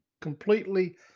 Completely